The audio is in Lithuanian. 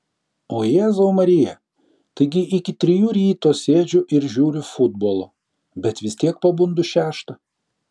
o jėzau marija taigi iki trijų ryto sėdžiu ir žiūriu futbolą bet vis tiek pabundu šeštą